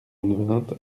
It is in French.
vingts